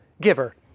giver